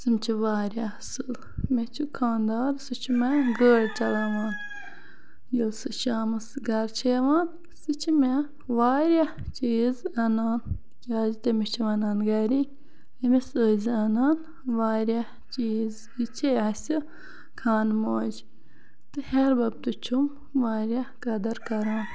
تم چھِ واریاہ اصل مےٚ چھُ خاندار سُہ چھُ مےٚ گٲڑۍ چَلاوان ییٚلہِ سُہ شامَس گَرٕ چھُ یِوان سُہ چھُ مےٚ واریاہ چیٖز اَنان کیازِ تٔمِس چھِ وَنان گَرٕکۍ ییٚمِس ٲسزِ اَنان واریاہ چیٖز یہِ چھے اَسہِ خان موج تہٕ ہیٚہر باب تہِ چھُم واریاہ قدر کَران